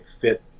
fit